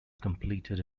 completed